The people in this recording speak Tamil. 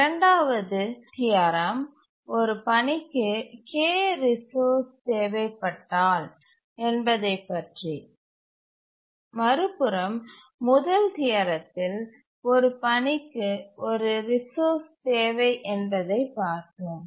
இரண்டாவது தியரம் " ஒரு பணிக்கு k ரிசோர்ஸ் தேவைப்பட்டால்" என்பதைப்பற்றிமறுபுறம் முதல் தியரத்தில் ஒரு பணிக்குத் ஒரு ரிசோர்ஸ் தேவை என்பதை பார்த்தோம்